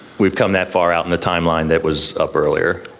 we've come that far out in the timeline that was up earlier?